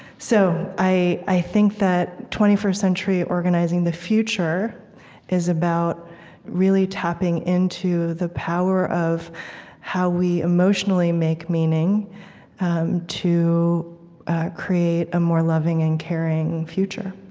so i i think that twenty first century organizing the future is about really tapping into the power of how we emotionally make meaning to create a more loving and caring future